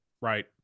Right